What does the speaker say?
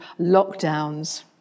lockdowns